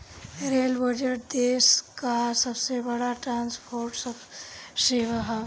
rail budget देस कअ सबसे बड़ ट्रांसपोर्ट सेवा हवे